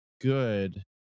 good